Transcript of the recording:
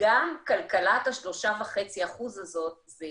גם כלכלת ה-3.5% הזאת זה